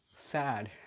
sad